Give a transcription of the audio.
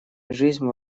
жизнь